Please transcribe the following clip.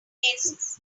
cases